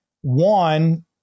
One